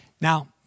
Now